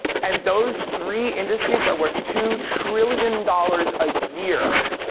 and those three industries are worth two trillion dollars a year